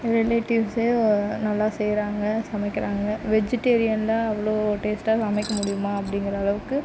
ரிலேட்டிவ்ஸே நல்லா செய்யறாங்க சமைக்கிறாங்க வெஜிடேரியன் தான் இவ்வளோ டேஸ்ட்டாக சமைக்க முடியுமா அப்படிங்கிற அளவுக்கு